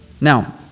Now